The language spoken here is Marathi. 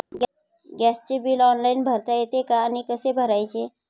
गॅसचे बिल ऑनलाइन भरता येते का आणि कसे भरायचे?